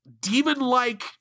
demon-like